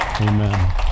amen